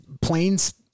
planes